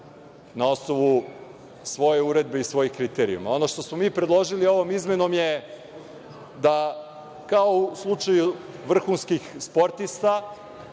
na osnovu svoje uredbe i svojih kriterijuma. Ono što smo mi predložili ovom uredbom je da, kao u slučaju vrhunskih sportista,